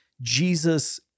Jesus